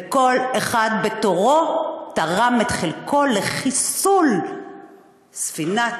וכל אחד בתורו תרם את חלקו לחיסול ספינת